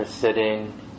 sitting